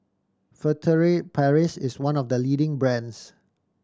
Furtere Paris is one of the leading brands